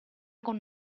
con